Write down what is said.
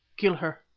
kill her,